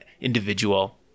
individual